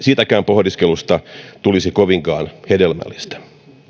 siitäkään pohdiskelusta tulisi kovinkaan hedelmällistä